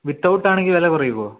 വിത്തൗട്ടാണെങ്കിൽ വില കുറയുമോ